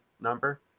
number